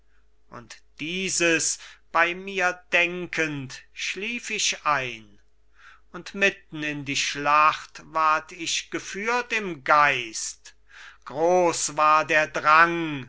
und dieses bei mir denkend schlief ich ein und mitten in die schlacht ward ich geführt im geist groß war der drang